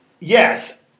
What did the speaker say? Yes